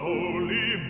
Holy